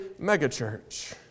megachurch